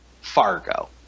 Fargo